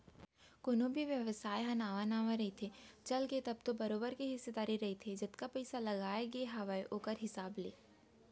कोनो भी बेवसाय ह नवा नवा रहिथे, चलगे तब तो बरोबर के हिस्सादारी रहिथे जतका पइसा लगाय गे हावय ओखर हिसाब ले